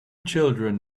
children